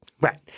Right